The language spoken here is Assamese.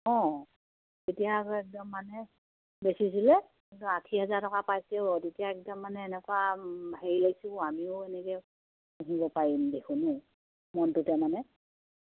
অঁ তেতিয়া আকৌ একদম মানে বেছিছিলে কিন্তু আশী হাজাৰ টকা পাইছেও তেতিয়া একদম মানে এনেকুৱা হেৰি লাগিছে অ' আমিও এনেকে পুহিব পাৰিম দেখোন হে মনটোতে মানে